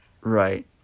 Right